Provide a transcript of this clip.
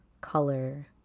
color